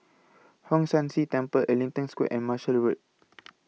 Hong San See Temple Ellington Square and Marshall Road